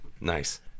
Nice